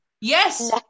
Yes